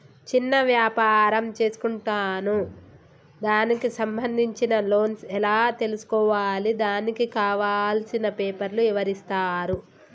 చిన్న వ్యాపారం చేసుకుంటాను దానికి సంబంధించిన లోన్స్ ఎలా తెలుసుకోవాలి దానికి కావాల్సిన పేపర్లు ఎవరిస్తారు?